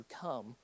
come